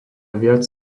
viac